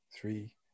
three